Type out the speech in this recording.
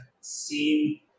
seen